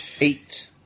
eight